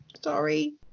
Sorry